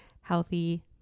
healthy